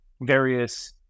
various